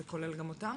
זה כולל גם אותם?